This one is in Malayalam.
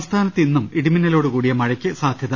സംസ്ഥാനത്ത് ഇന്നും ഇടിമിന്നലോടുകൂടിയ മഴയ്ക്ക് സാധ്യത